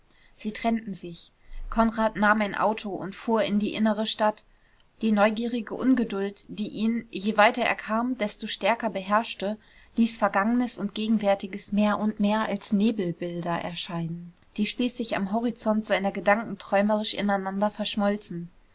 sie trennten sich konrad nahm ein auto und fuhr in die innere stadt die neugierige ungeduld die ihn je weiter er kam desto stärker beherrschte ließ vergangenes und gegenwärtiges mehr und mehr als nebelbilder erscheinen die schließlich am horizont seiner gedanken träumerisch ineinander verschmolzen